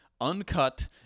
uncut